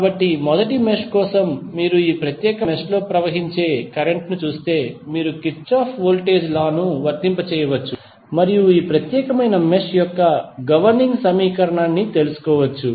కాబట్టి మొదటి మెష్ కోసం మీరు ఈ ప్రత్యేకమైన మెష్ లో ప్రవహించే కరెంట్ ను చూస్తే మీరు కిర్చాఫ్ వోల్టేజ్ లా ను వర్తింపజేయవచ్చు మరియు ఈ ప్రత్యేకమైన మెష్ యొక్క గవర్నింగ్ సమీకరణాన్ని తెలుసుకోవచ్చు